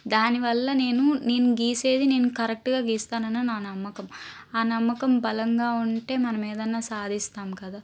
దానివల్ల నేను నేను గీసేది నేను కరెక్ట్గా గీస్తానని నా నమ్మకం ఆ నమ్మకం బలంగా ఉంటే మనం ఏదైనా సాధిస్తాం కదా